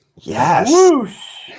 yes